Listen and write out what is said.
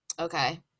Okay